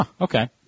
Okay